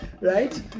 right